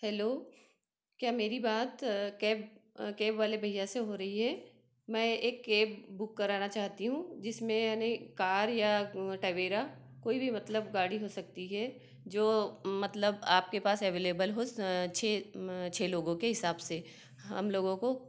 hello क्या मेरी बात कैब कैब वाले भैया से हो रही है मैं एक कैब बुक कराना चाहती हूँ जिसमें यानी कार या टवेरा कोई भी मतलब गाड़ी हो सकती है जो मतलब आपके पास अवेलबेल हो उस छः छः लोगों के हिसाब से हम लोगों को